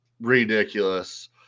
ridiculous